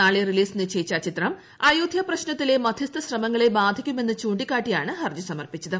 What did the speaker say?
നാളെ റിലീസ് നിശ്ചയിച്ച ചിത്രം അയോധ്യ പ്രശ്നത്തിലെ മധ്യസ്ഥ ശ്രമങ്ങളെ ബാധിക്കുമെന്ന് ചൂണ്ടിക്കാട്ടിയാണ് ഹർജി സമർപ്പിച്ചത്